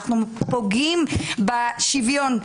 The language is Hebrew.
אנחנו פוגעים בשוויון,